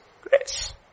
grace